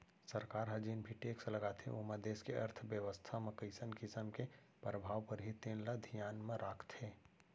सरकार ह जेन भी टेक्स लगाथे ओमा देस के अर्थबेवस्था म कइसन किसम के परभाव परही तेन ल धियान म राखथे